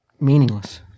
meaningless